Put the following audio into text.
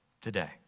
today